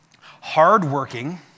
hardworking